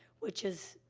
which is,